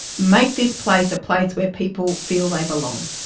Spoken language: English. make this place a place where people feel they belong.